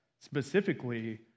specifically